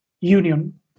union